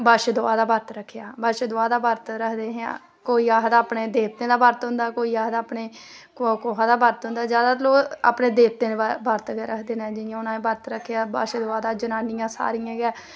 बच्छ दुआह् दा बर्त बच्छ दुआह् दा बर्त रखदे कोई आखदा अपने देवतें दा बर्त होंदा कोई आखदा कुसा दा बर्त होंदे जादा लोग अपने देवतें दे बर्त गै रखदे नै जियां हून असें बरत रक्खेआ बच्छ दुआह् दा जनानियें सारियें गै